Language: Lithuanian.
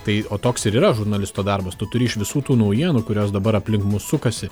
tai o toks ir yra žurnalisto darbas tu turi iš visų tų naujienų kurios dabar aplink mus sukasi